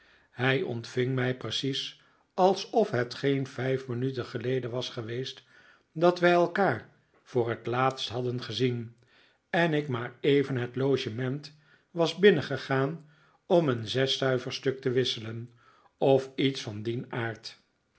hij ontving mij precies alsof het geen vijf minuten geleden was geweest dat wij elkaar voor het laatst hadden gezien en ik maar even het logement was binnengegaan om een zesstuiverstuk te wisselen of iets van dien aard